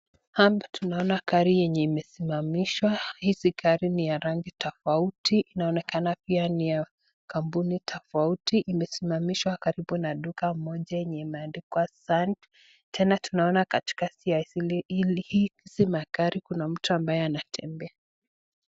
Hapa tunaona gari yenye imesimamishwa hizi gari ni ya rangi tafauti inaonekana pia ni ya kampuni tafauti imesimamishwa karibu na duka moja yenye imeandikwa sun tena tunaona katikati ya hili magari Kuna mtu ambaye anatembea.